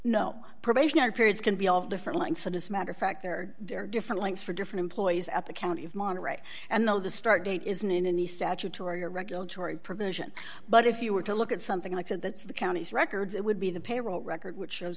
no probationary period can be all different lengths and as a matter of fact there are different lengths for different employees at the county of monterey and though the start date isn't in any statutory or regulatory provision but if you were to look at something like that that's the counties records it would be the payroll record which shows